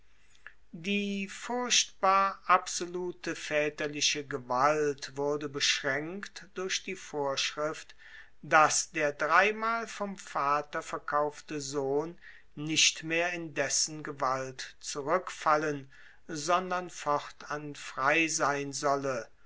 die furchtbar absolute vaeterliche gewalt wurde beschraenkt durch die vorschrift dass der dreimal vom vater verkaufte sohn nicht mehr in dessen gewalt zurueckfallen sondern fortan frei sein solle